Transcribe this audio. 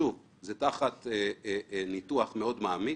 שוב, זה תחת ניתוח מאוד מעמיק.